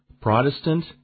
Protestant